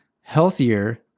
healthier